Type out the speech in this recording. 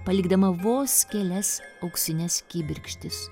palikdama vos kelias auksines kibirkštis